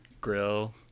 grill